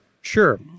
Sure